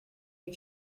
you